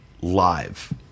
live